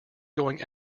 going